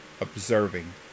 observing